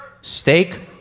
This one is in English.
Steak